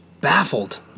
baffled